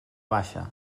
baixa